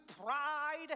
pride